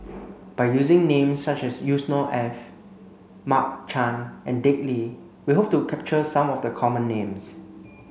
by using names such as Yusnor Ef Mark Chan and Dick Lee we hope to capture some of the common names